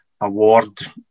award